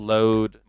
Load